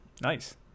Nice